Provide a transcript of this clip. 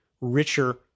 richer